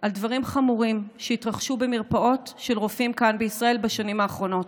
על דברים חמורים שהתרחשו במרפאות כאן בישראל בשנים האחרונות.